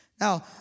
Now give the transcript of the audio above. Now